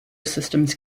systems